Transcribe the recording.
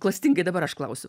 klastingai dabar aš klausiu